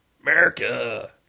America